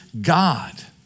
God